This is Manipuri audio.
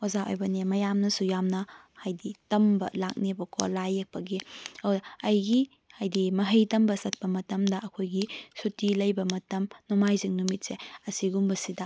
ꯑꯣꯖꯥ ꯑꯣꯏꯕꯅꯦ ꯃꯌꯥꯝꯅꯁꯨ ꯌꯥꯝꯅ ꯍꯥꯏꯗꯤ ꯇꯝꯕ ꯂꯥꯛꯅꯦꯕꯀꯣ ꯂꯥꯏ ꯌꯦꯛꯄꯒꯤ ꯑꯩꯒꯤ ꯍꯥꯏꯗꯤ ꯃꯍꯩ ꯇꯝꯕ ꯆꯠꯄ ꯃꯇꯝꯗ ꯑꯩꯈꯣꯏꯒꯤ ꯁꯨꯇꯤ ꯂꯩꯕ ꯃꯇꯝ ꯅꯣꯡꯃꯥꯏꯖꯤꯡ ꯅꯨꯃꯤꯠꯁꯦ ꯑꯁꯤꯒꯨꯝꯕꯁꯤꯗ